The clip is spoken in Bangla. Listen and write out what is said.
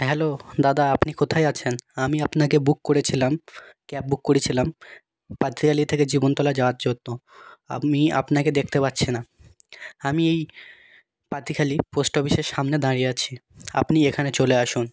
হ্যালো দাদা আপনি কোথায় আছেন আমি আপনাকে বুক করেছিলাম ক্যাব বুক করেছিলাম পাতিখালি থেকে জীবনতলা যাওয়ার জন্য আমি আপনাকে দেখতে পাচ্ছি না আমি এই পাতিখালি পোস্ট অফিসের সামনে দাঁড়িয়ে আছি আপনি এখানে চলে আসুন